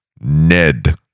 Ned